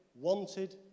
wanted